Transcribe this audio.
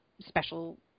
special